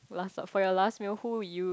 last for for your last meal who would you